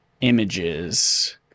Images